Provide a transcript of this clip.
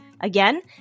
Again